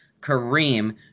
Kareem